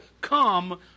come